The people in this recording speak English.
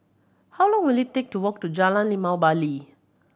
how long will it take to walk to Jalan Limau Bali